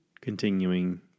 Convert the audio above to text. continuing